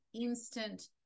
instant